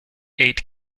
eight